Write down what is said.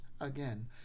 Again